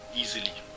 easily